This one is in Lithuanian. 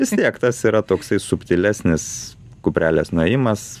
vis tiektas yra toksai subtilesnis kuprelės nuėjimas